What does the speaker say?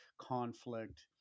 conflict